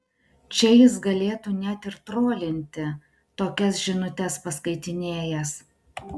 čia jis galėtų net ir trolinti tokias žinutes paskaitinėjęs